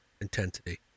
intensity